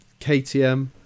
KTM